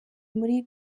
muri